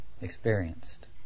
experienced